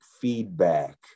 feedback